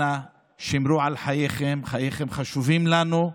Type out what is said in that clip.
אנא, שמרו על חייכם, חייכם חשובים לנו.